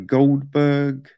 Goldberg